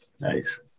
Nice